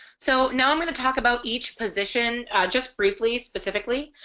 so now i'm going to talk about each position just briefly specifically